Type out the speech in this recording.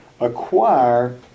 acquire